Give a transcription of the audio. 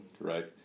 right